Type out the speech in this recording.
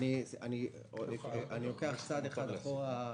אני לוקח צעד אחד אחורה.